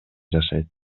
жашайт